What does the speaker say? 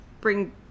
bring